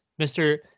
Mr